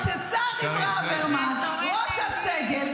את עורכת דין.